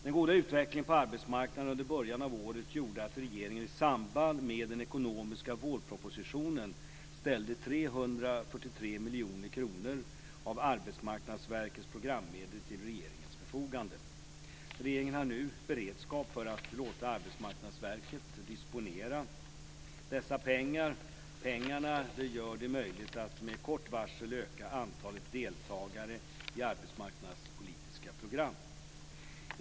Den goda utvecklingen på arbetsmarknaden under början av året gjorde att regeringen i samband med den ekonomiska vårpropositionen ställde 343 miljoner kronor av Arbetsmarknadsverkets programmedel till regeringens förfogande. Regeringen har nu beredskap för att låta Arbetsmarknadsverket disponera dessa pengar. Pengarna gör det möjligt att med kort varsel öka antalet deltagare i arbetsmarknadspolitiska program.